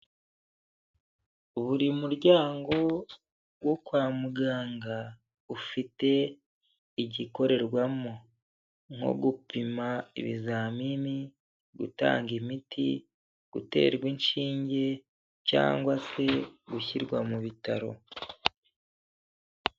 Buri muryango wo kwa muganga, ufite igikorerwamo nko gupima ibizamini, gutanga imiti, guterwa inshinge cyangwa se gushyirwa mu bitaro.